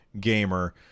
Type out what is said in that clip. gamer